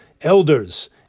elders